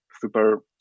super